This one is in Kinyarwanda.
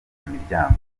imiryango